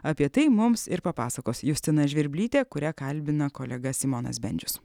apie tai mums ir papasakos justina žvirblytė kurią kalbina kolega simonas bendžius